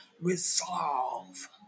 resolve